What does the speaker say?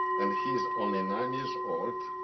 and he is only nine years old,